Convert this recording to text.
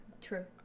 True